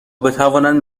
بتوانند